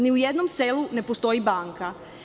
Ni u jednom selu ne postoji banka.